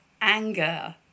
anger